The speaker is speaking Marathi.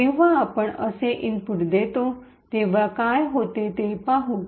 जेव्हा आपण असे इनपुट देतो तेव्हा काय होते ते पाहू